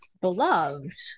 beloved